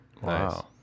Wow